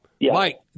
Mike